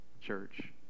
church